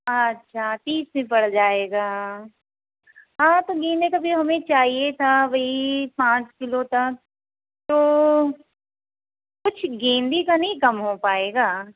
अच्छा तीस में पड़ जाएगा हाँ तो गेंदे का भी हमें चाहिए था वही पाँच किलो तक तो कुछ गेंदे का नहीं कम हो पाएगा